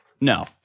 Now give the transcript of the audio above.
No